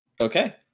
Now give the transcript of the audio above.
Okay